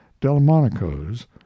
Delmonico's